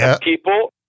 People